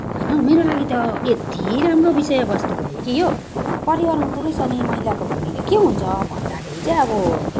होइन मेरो लागि त यत्ति राम्रो विषय वस्तु भयो कि यो परिवारमा पुरुष अनि महिलाको भूमिका के हुन्छ भन्दाखेरि चाहिँ अब